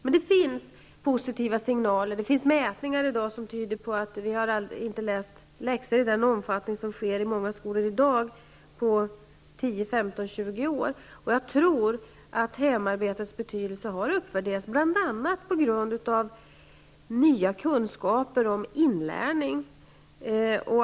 Men det finns emellertid positiva signaler. Det finns nämligen mätningar i dag som tyder på att eleverna i Sverige inte har läst läxor i den omfattning som sker i många skolor i dag på 10, 15 eller 20 år. Och jag tror att hemarbetets betydelse har uppvärderats, bl.a. på grund av nya kunskaper om inlärning.